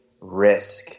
risk